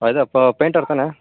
ಅದೆ ಪೇಂಟರ್ ತಾನೆ